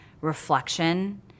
reflection